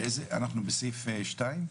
אנחנו בסעיף (2)?